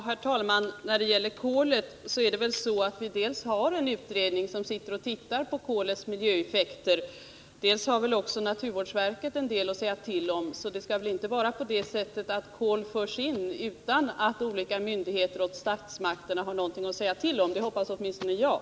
Herr talman! När det gäller kolet är det dels så att vi har en utredning som tittar på kolets miljöeffekter, dels har också naturvårdsverket en del att säga tillom. Det skall väl således inte bli på det sättet att kolet förs in utan att olika myndigheter och statsmakterna har någonting att säga till om. Det hoppas åtminstone jag.